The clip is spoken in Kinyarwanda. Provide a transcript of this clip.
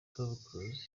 close